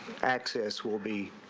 access will be.